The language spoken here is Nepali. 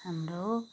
हाम्रो